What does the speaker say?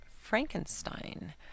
Frankenstein